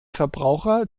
verbraucher